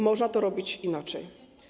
Można to robić inaczej.